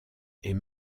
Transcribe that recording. est